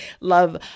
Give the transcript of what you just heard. Love